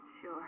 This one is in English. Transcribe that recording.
Sure